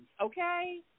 okay